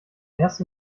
erst